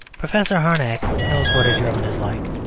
professor harnack knows what a german is like.